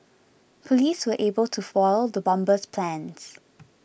police were able to foil the bomber's plans